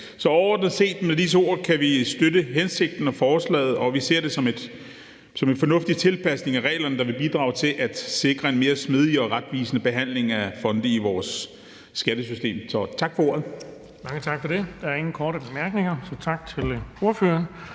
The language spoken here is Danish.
Så overordnet set kan vi med disse ord støtte hensigten og forslaget, og vi ser det som en fornuftig tilpasning af reglerne, der vil bidrage til at sikre en mere smidig og retvisende behandling af fonde i vores skattesystem.